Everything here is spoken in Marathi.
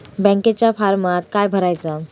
बँकेच्या फारमात काय भरायचा?